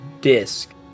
disc